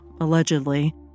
allegedly